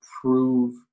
prove